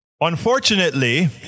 Unfortunately